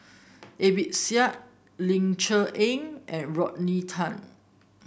A B Ling Cher Eng and Rodney Tan